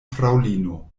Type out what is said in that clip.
fraŭlino